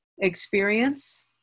experience